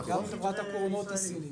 גם חברת הקרונות סינית.